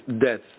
death